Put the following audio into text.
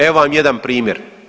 Evo vam jedan primjer.